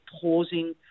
pausing